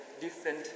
different